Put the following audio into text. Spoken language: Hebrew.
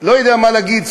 לא יודע מה להגיד,